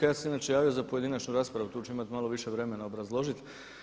Ja sam se inače javio za pojedinačnu raspravu, tu ću imati malo više vremena obrazložiti.